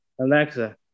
Alexa